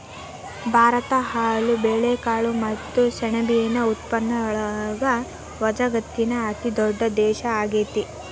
ಭಾರತ ಹಾಲು, ಬೇಳೆಕಾಳು ಮತ್ತ ಸೆಣಬಿನ ಉತ್ಪಾದನೆಯೊಳಗ ವಜಗತ್ತಿನ ಅತಿದೊಡ್ಡ ದೇಶ ಆಗೇತಿ